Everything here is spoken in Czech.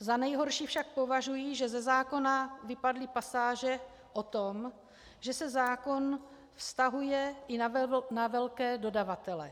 Za nejhorší však považuji, že ze zákona vypadly pasáže o tom, že se zákon vztahuje i na velké dodavatele.